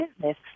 business